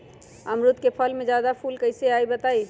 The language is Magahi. अमरुद क फल म जादा फूल कईसे आई बताई?